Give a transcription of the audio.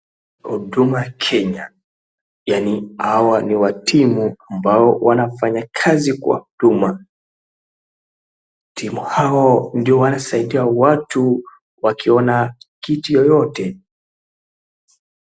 Huduma Kenya, yani hawa ni watimu ambao wanaofanya kazi kwa huduma. Timu hao ndio wanaosaidia watu wakiona kitu yoyote.